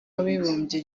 w’abibumbye